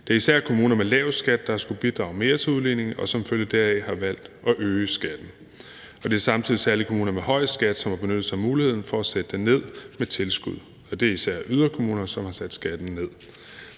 Det er især kommuner med lav skat, der har skullet bidrage mere til udligningen og som følge deraf har valgt at øge skatten. Det er samtidig særlig kommuner med høj skat, som har benyttet sig af muligheden for at sætte den ned med tilskud, og det er især yderkommunerne, som har sat skatten ned.